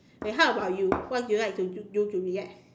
then how about you what do you like to do do to relax